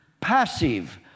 Passive